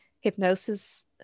hypnosis